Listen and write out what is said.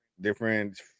different